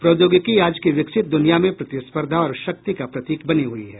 प्रौद्योगिकी आज की विकसित दूनिया में प्रतिस्पर्धा और शक्ति का प्रतीक बनी हुई है